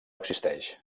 existeix